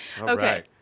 Okay